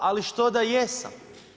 Ali što da jesam?